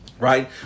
right